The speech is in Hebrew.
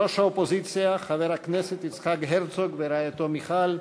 ראש האופוזיציה חבר הכנסת יצחק הרצוג ורעייתו מיכל,